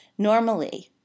Normally